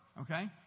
Okay